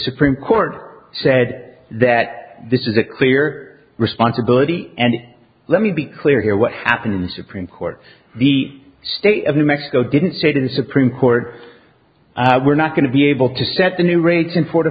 supreme court said that this is a clear responsibility and let me be clear here what happened in the supreme court the state of new mexico didn't say to the supreme court we're not going to be able to set the new rates in four